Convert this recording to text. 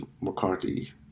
McCarthy